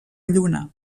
lluna